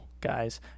guys